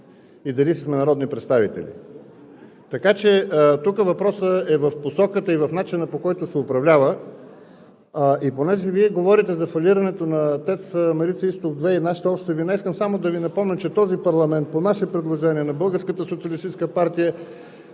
и дали ще сме народни представители. Така че тук въпросът е в посоката и в начина, по който се управлява. И понеже Вие говорите за фалирането на „ТЕЦ Марица изток 2“ и нашата вина, искам само да Ви напомня, че този парламент по наше предложение – на